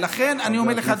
ולכן אני אומר לך,